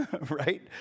right